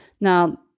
Now